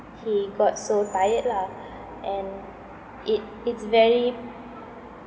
he got so tired lah and it it's very